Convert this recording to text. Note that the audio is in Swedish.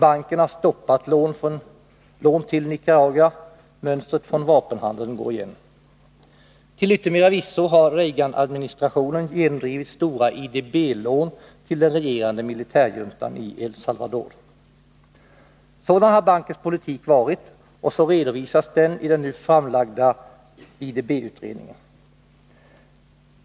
Banken har stoppat lån till Nicaragua; mönstret från vapenhandeln går igen. Till yttermera visso har Reaganadministrationen genomdrivit stora IDB-lån till den regerande militärjuntan i El Salvador. Sådan har bankens politik varit, och så redovisas deni den nu framlagda IDB-utredningen.